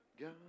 God